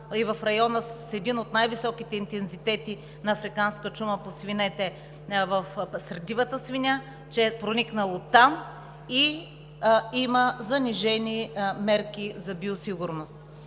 в района с един от най-високите интензитети на африканска чума по свинете, сред дивата свиня, че е проникнало оттам и има занижени мерки за биосигурност.